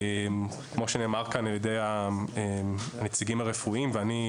כמו שנאמר כאן על ידי הנציגים הרפואיים ואני,